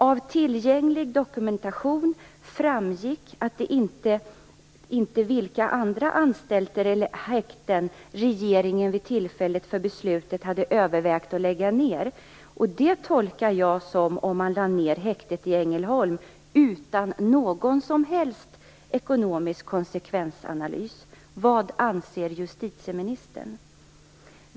Av tillgänglig dokumentation framgick det inte vilka andra anstalter eller häkten regeringen vid tillfället för beslut hade övervägt att lägga ned. Det tolkar jag som att man lade ned häktet i Ängelholm utan någon som helst ekonomisk konsekvensanalys. Vad anser justitieministern?